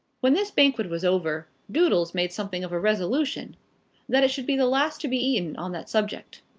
when this banquet was over, doodles made something of a resolution that it should be the last to be eaten on that subject.